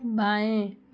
बाएँ